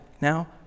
now